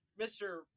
Mr